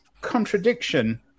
contradiction